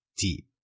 deep